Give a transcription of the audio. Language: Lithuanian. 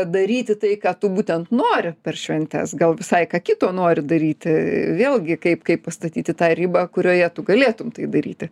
daryti tai ką tu būtent nori per šventes gal visai ką kito nori daryti vėlgi kaip kaip pastatyti tą ribą kurioje tu galėtum tai daryti